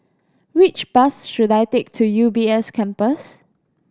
which bus should I take to U B S Campus